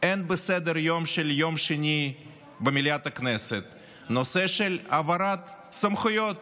אין בסדר-היום של יום שני במליאת הכנסת נושא של העברת סמכויות